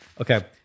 Okay